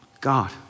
God